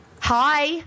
Hi